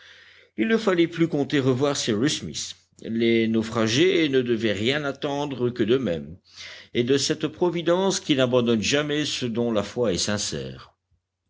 il ne fallait plus compter revoir cyrus smith les naufragés ne devaient rien attendre que d'eux-mêmes et de cette providence qui n'abandonne jamais ceux dont la foi est sincère